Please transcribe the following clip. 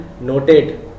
noted